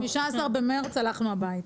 15 במרץ הלכנו הביתה.